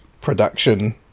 production